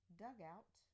dugout